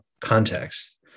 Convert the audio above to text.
context